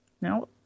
Now